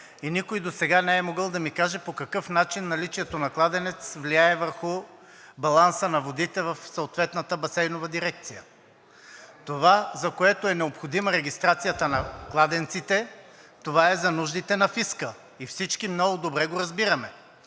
и никой досега не е могъл да ми каже по какъв начин наличието на кладенец влияе върху баланса на водите в съответната басейнова дирекция. Това, за което е необходима регистрацията на кладенците, това е за нуждите на фиска и всички много добре го разбираме.